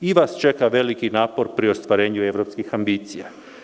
I vas čeka veliki napor pri ostvarenju evropskim ambicija.